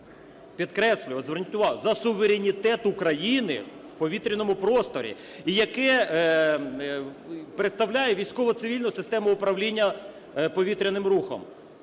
увагу, за суверенітет України в повітряному просторі і яке представляє військово-цивільну систему управління повітряним рухом?